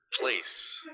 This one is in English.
place